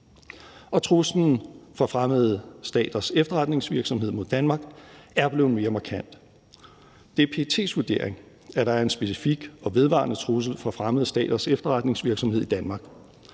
truslen fra fremmede staters efterretningsvirksomhed mod Danmark er blevet mere markant. Det er PET's vurdering, at der er en specifik og vedvarende trussel fra fremmede staters efterretningsvirksomhed i Danmark.